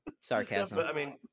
Sarcasm